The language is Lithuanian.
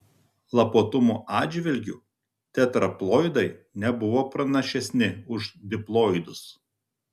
lapuotumo atžvilgiu tetraploidai nebuvo pranašesni už diploidus